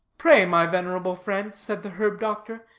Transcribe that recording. pray, my venerable friend, said the herb-doctor,